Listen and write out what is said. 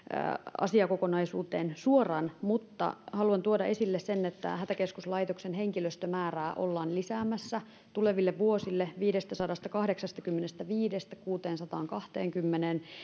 asiakokonaisuuteen mutta haluan tuoda esille sen että hätäkeskuslaitoksen henkilöstömäärää ollaan lisäämässä tuleville vuosille viidestäsadastakahdeksastakymmenestäviidestä kuuteensataankahteenkymmeneen